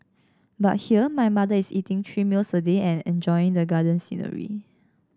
but here my mother is eating three meals a day and enjoying the garden scenery